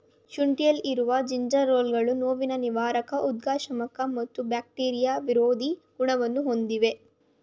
ಶುಂಠಿಯಲ್ಲಿರುವ ಜಿಂಜೆರೋಲ್ಗಳು ನೋವುನಿವಾರಕ ಉದ್ವೇಗಶಾಮಕ ಮತ್ತು ಬ್ಯಾಕ್ಟೀರಿಯಾ ವಿರೋಧಿ ಗುಣಗಳನ್ನು ಹೊಂದಿವೆ